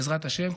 בעזרת השם,